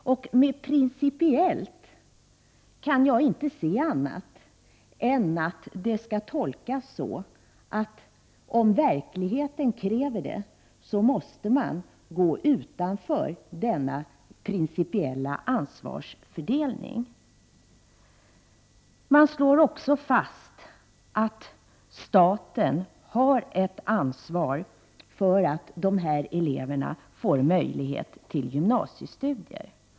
Jag kan inte se annat än att ”principiellt” skall tolkas så, att man om verkligheten kräver det måste gå utanför denna ”principiella” ansvarsfördelning. Utskottet slår vidare fast att staten har ett ansvar för att de här eleverna får möjlighet till gymnasiestudier.